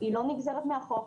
היא לא נגזרת מהחוק,